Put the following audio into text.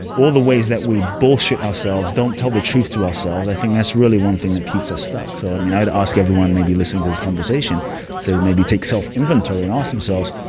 all the ways that we bullshit ourselves, don't tell the truth to ourselves. i think that's really one thing that keeps us stuck. so i mean, i'd ask everyone maybe listening to this conversation to maybe take self-inventory and ask themselves,